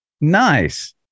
Nice